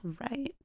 Right